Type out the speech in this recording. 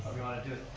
you want to do